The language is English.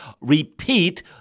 repeat